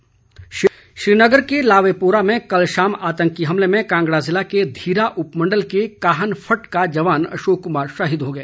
शहीद श्रीनगर के लावेपुरा में कल शाम आतंकी हमले में कांगड़ा जिले के धीरा उपमंडल के काहनफट्ट का जवान अशोक कुमार शहीद हो गए